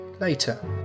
later